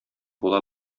була